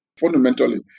Fundamentally